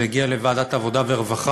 זה הגיע לוועדת העבודה והרווחה: